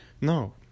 No